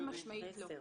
חד-משמעית לא.